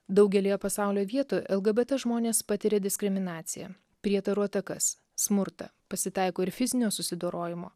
daugelyje pasaulio vietų lgbt žmonės patiria diskriminaciją prietarų atakas smurtą pasitaiko ir fizinio susidorojimo